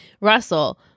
Russell